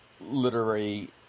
literary